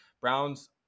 Browns